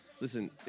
Listen